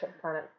planet